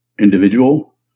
individual